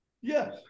Yes